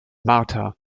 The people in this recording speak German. martha